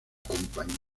compañía